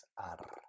ar